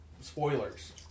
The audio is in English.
spoilers